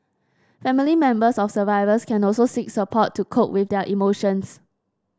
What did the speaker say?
family members of survivors can also seek support to cope with their emotions